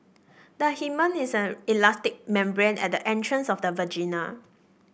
the hymen is an elastic membrane at the entrance of the vagina